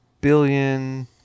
billion